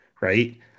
right